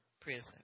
prison